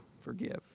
forgive